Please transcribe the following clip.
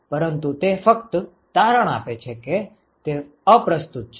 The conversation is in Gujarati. પરંતુ તે ફક્ત તારણ આપે છે કે તે અપ્રસ્તુત છે